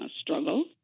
struggle